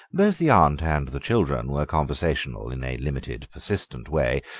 both the aunt and the children were conversational in a limited, persistent way,